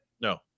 No